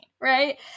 right